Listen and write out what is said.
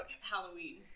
Halloween